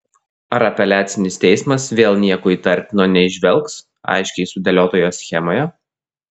ar apeliacinis teismas vėl nieko įtartino neįžvelgs aiškiai sudėliotoje schemoje